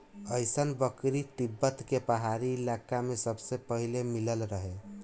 अइसन बकरी तिब्बत के पहाड़ी इलाका में सबसे पहिले मिलल रहे